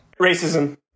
racism